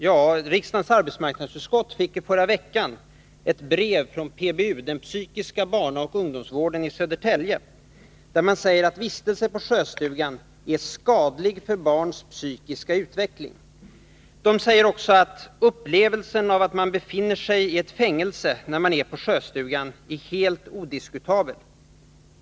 Ja, riksdagens arbetsmarknadsutskott fick i förra veckan från PBU, den psykiska barnaoch ungdomsvården, i Södertälje ett brev, där det sägs att vistelse på Sjöstugan är skadlig för barns psykiska utveckling. Det sägs också att upplevelsen av att befinna sig i ett fängelse när man är på Sjöstugan är helt odiskutabel.